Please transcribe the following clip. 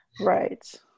right